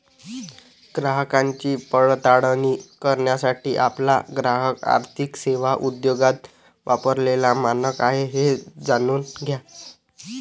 ग्राहकांची पडताळणी करण्यासाठी आपला ग्राहक आर्थिक सेवा उद्योगात वापरलेला मानक आहे हे जाणून घ्या